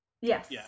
Yes